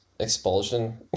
Expulsion